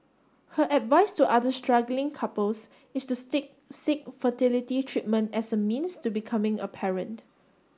her advice to other struggling couples is to seek fertility treatment as a means to becoming a parent